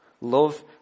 love